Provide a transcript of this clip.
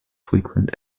frequent